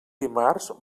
dimarts